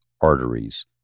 arteries